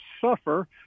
suffer